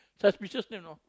suspicious name you know